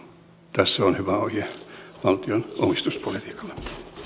tässä on hyvä ohje valtion omistuspolitiikalle